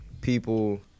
people